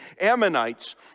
Ammonites